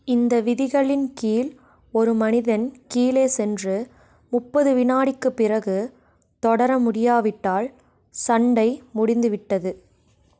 இந்த விதிகளின் கீழ் ஒரு மனிதன் கீழே சென்று முப்பது விநாடிகளுக்குப் பிறகு தொடர முடியாவிட்டால் சண்டை முடிந்துவிட்டது